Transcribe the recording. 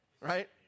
right